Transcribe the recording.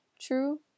True